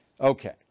Okay